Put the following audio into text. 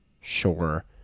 sure